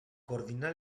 coordina